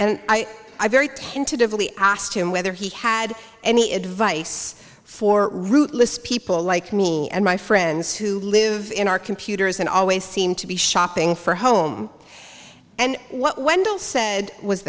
and i very tentatively asked him whether he had any advice for rootless people like me and my friends who live in our computers and always seem to be shopping for home and what wendell said was